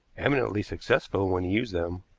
eminently successful when he used them,